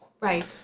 Right